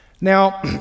Now